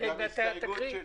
זו ההסתייגות שלי.